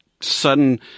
sudden